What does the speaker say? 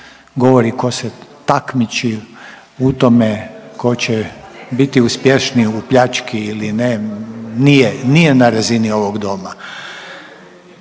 govori tko se takmiči u tome tko će biti uspješniji u pljački ili ne, nije, nije na razini ovog Doma.